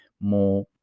more